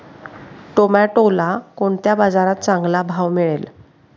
टोमॅटोला कोणत्या बाजारात चांगला भाव मिळेल?